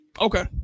okay